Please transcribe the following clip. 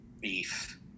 beef